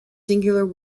singular